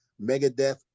Megadeth